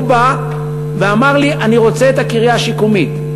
הוא בא ואמר לי: אני רוצה את הקריה השיקומית.